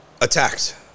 attacked